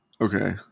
Okay